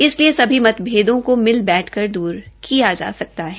इसलिए सभी मतभेदों को मिल बैठकर दूर किया जा सकता है